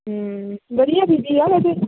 ਵਧੀਆ ਪੀ ਜੀ ਆ ਵੈਸੇ